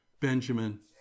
Benjamin